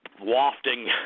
wafting